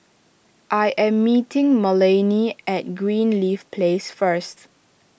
I am meeting Melanie at Greenleaf Place first